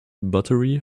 buttery